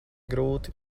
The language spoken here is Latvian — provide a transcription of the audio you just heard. grūti